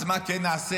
אז מה כן נעשה?